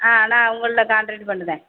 ஆ நான் உங்களை காண்டக்ட் பண்ணுதேன்